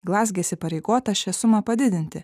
glazge įsipareigota šią sumą padidinti